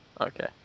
Okay